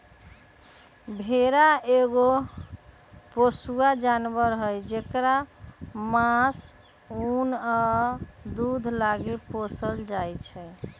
भेड़ा एगो पोसुआ जानवर हई जेकरा मास, उन आ दूध लागी पोसल जाइ छै